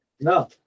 No